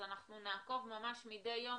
אז אנחנו נעקוב ממש מדי יום,